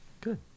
Good